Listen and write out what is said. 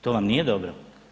To vam nije dobro.